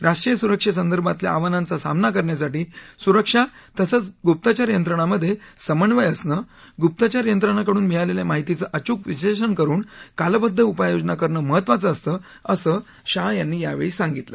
राष्ट्रीय सुरक्षेसंदर्भातल्या आव्हानांचा सामना करण्यासाठी सुरक्षा तसंच गुप्तचर यंत्रणांमध्ये समन्वय असणं गुप्तचर यंत्रणांकडून मिळालेल्या माहितीचं अचूक विश्लेषण करून कालबद्ध उपाययोजना करणं महत्वाचं असतं असं शाह यांनी यावेळी सांगितलं